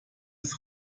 ist